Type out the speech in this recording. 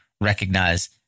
recognize